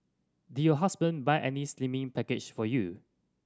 did your husband buy any slimming package for you